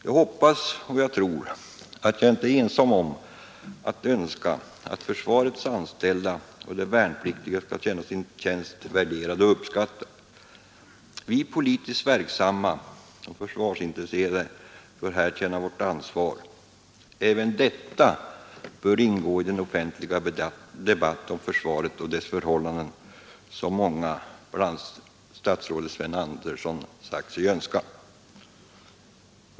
Jag hoppas och tror att jag inte är ensam om att önska att försvarets anställda och de värnpliktiga skall känna sin tjänst värderad och uppskattad. Vi politiskt verksamma och försvarsintresserade bör här känna vårt ansvar. Även detta bör ingå i den offentliga debatt om försvaret och dess förhållanden som många, bl.a. statsrådet Sven Andersson, sagt sig önska.